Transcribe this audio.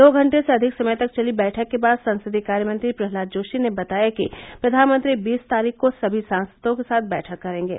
दो घंटे से अधिक समय तक चली बैठक के बाद संसदीय कार्यमंत्री प्रह्लाद जोशी ने बताया कि प्रधानमंत्री बीस तारीख को सभी सांसदों के साथ बैठक करेंगे